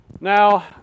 Now